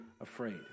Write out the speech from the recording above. afraid